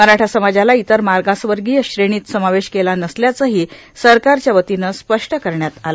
मराठा समाजाला इतर मागासवर्गीय श्रेणीत समावेश केला नसल्याचंही सरकारच्या वतीनं स्पष्ट करण्यात आलं